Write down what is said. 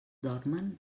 dormen